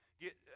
get